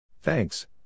Thanks